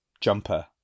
jumper